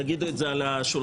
תגידו את זה על השולחן,